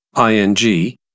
ing